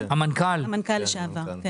המנכ"ל לשעבר.